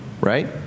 right